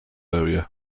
area